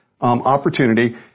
opportunity